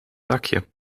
dakje